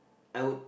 I would